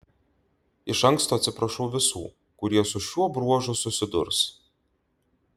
iš anksto atsiprašau visų kurie su šiuo bruožu susidurs